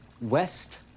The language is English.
West